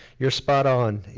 you're spot on.